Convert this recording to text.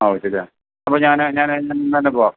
ഓ ശരിയാ അപ്പോൾ ഞാൻ ഞാൻ ഇന്ന് ഇന്ന് തന്നെ പോവാം